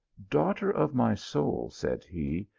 daughter of my soul! said he,